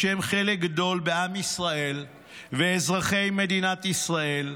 בשם חלק גדול בעם ישראל ואזרחי מדינת ישראל,